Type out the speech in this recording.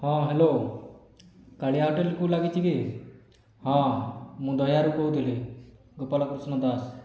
ହଁ ହ୍ୟାଲୋ କାଳିଆ ହୋଟେଲକୁ ଲାଗିଛିକି ହଁ ମୁଁ ଦହ୍ୟାରୁ କହୁଥିଲି ଗୋପାଳ କୃଷ୍ଣ ଦାସ